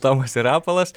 ir tomas ir rapolas